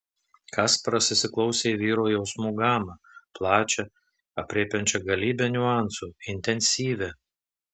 kasparas įsiklausė į vyro jausmų gamą plačią aprėpiančią galybę niuansų intensyvią